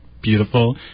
beautiful